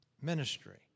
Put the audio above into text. ministry